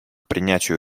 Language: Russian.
принятию